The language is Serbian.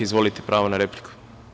Izvolite, pravo na repliku.